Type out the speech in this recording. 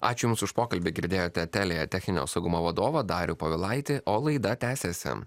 ačiū jums už pokalbį girdėjote telija techninio saugumo vadovą darių povilaitį o laida tęsiasi